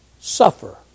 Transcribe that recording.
suffer